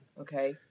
Okay